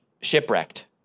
shipwrecked